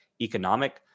economic